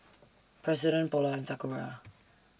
President Polar and Sakura